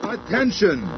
Attention